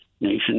nation